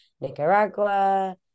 Nicaragua